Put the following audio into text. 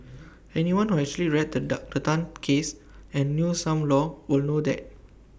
anyone who actually read the Dan Tan case and knew some law will know that